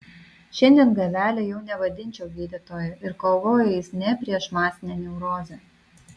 šiandien gavelio jau nevadinčiau gydytoju ir kovojo jis ne prieš masinę neurozę